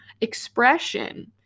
expression